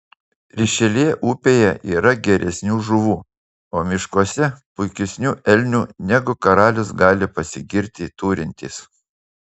rišeljė upėje yra geresnių žuvų o miškuose puikesnių elnių negu karalius gali pasigirti turintis